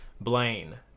Blaine